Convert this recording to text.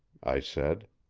i said.